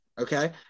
Okay